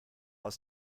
aus